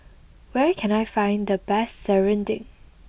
where can I find the best Serunding